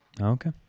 Okay